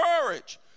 courage